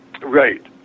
Right